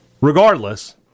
Regardless